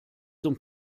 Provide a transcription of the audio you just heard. zum